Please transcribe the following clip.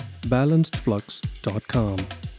balancedflux.com